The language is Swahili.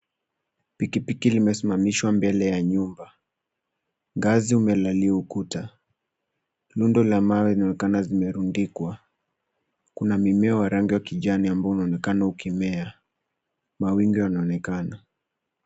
Pikipiki limesimamishwa mbele ya nyumba. Ngazi umelalia ukuta. Nundu la mawe linaonekana limerundikwa. Kuna mimea wa rangi wa kijani unaonekana ukimea. Mawimbi yanaonekana.